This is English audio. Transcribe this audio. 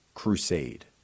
Crusade